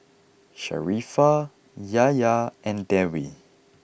Sharifah Yahya and Dewi